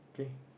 okay